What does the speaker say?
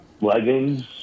leggings